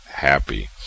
happy